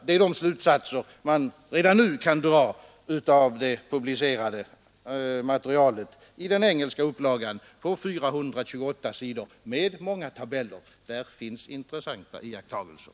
Det är de slutsatser man redan nu kan dra av det publicerade materialet i den engelska upplagan på 428 sidor med många tabeller. Där finns intressanta iakttagelser!